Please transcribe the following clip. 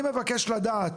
אני מבקש לדעת,